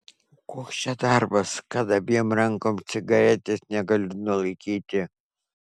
koks čia darbas kad abiem rankom cigaretės negaliu nulaikyti